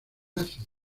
ácido